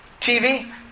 TV